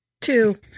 two